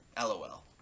LOL